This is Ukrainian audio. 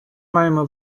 маємо